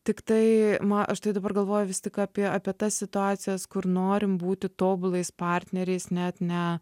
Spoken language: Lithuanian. tiktai nu aš tai dabar galvoju vis tik apie apie tas situacijas kur norim būti tobulais partneriais net ne